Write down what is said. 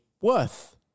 worth